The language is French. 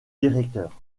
directeur